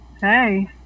hey